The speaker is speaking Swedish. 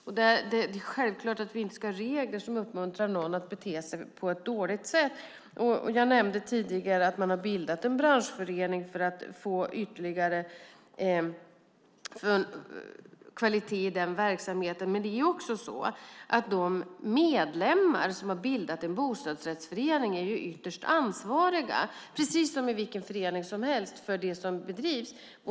Det är självklart att vi inte ska ha regler som uppmuntrar någon att bete sig på ett dåligt sätt. Jag nämnde tidigare att man har bildat en branschförening för att få ytterligare kvalitet i den verksamheten. Men det är också så att de medlemmar som har bildat en bostadsrättsförening är ytterst ansvariga, precis som i vilken förening som helst, för det som bedrivs.